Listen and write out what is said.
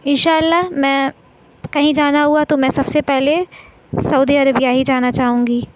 انشاء اللہ میں کہیں جانا ہوا تو میں سب سے پہلے سعودی عربیہ ہی جانا چاہوں گی